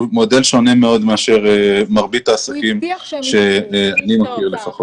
הוא מודל שונה מאוד מאשר מרבית העסקים שלפחות אני מכיר.